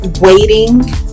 waiting